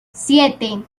siete